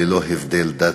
ללא הבדלי דת,